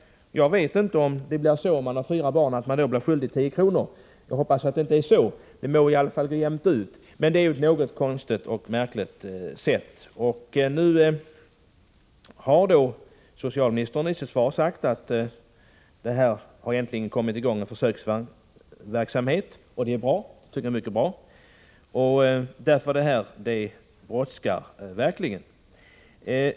Jag vet inte om man blir skyldig 10 kr. för den händelse man har fyra barn. Jag hoppas att det inte förhåller sig på det viset, det bör åtminstone gå jämnt ut. Det hela är märkligt, men socialministern har nu i sitt svar meddelat att det har satts i gång en försöksverksamhet, och det är mycket bra, eftersom saken verkligen brådskar.